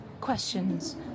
questions